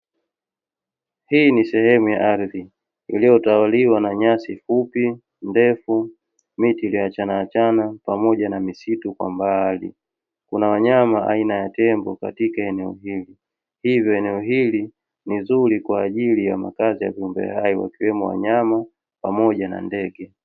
Hii ni sehemu ya ardhi iliyotawaliwa na nyasi fupi, ndefu miti iliyoachana achana pamoja na misitu kwa mbali. Kuna wanyama aina ya tembo katika eneo hili, hivyo eneo hili ni zuri kwa ajili ya makazi ya viumbe hai wakiwemo wanyama pamoja na ndege.